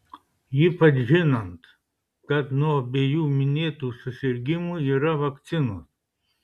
ypač žinant kad nuo abiejų minėtų susirgimų yra vakcinos